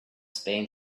spain